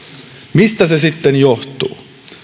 mistä se sitten johtuu